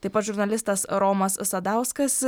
taip pat žurnalistas romas sadauskas